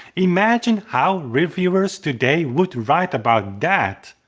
imagine how reviewers today would write about that!